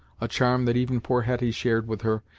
a charm that even poor hetty shared with her,